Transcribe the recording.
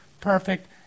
perfect